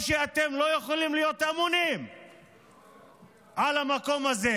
או שאתם לא יכולים להיות אמונים על המקום הזה